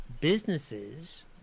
businesses